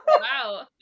Wow